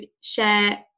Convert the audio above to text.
share